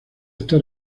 está